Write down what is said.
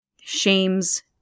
shames